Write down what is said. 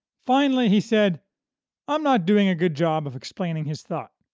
finally, he said i'm not doing a good job of explaining his thought.